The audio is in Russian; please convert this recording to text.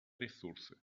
ресурсы